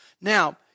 Now